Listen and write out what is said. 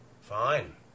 fine